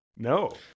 No